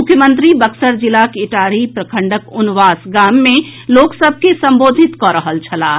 मुख्यमंत्री बक्सर जिलाक इटाढ़ी प्रखंडक उनवास गाम मे लोक सभ के संबोधित कऽ रहल छलाह